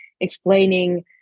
explaining